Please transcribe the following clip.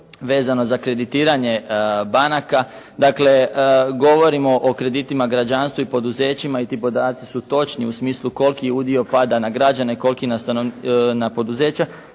vezano za kreditiranje banaka, dakle govorio o kreditima građanstva i poduzećima i ti podaci su točni u smislu koliki je udio pada na građane, koliki na poduzeća.